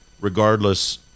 regardless